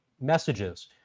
messages